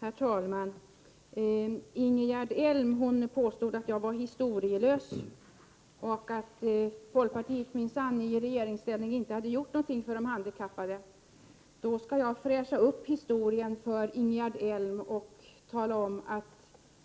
Herr talman! Ingegerd Elm påstod att jag var historielös och att folkpartiet i regeringsställning minsann inte hade gjort någonting för de handikappade. Därför skall jag fräscha upp historien för Ingegerd Elm och tala om att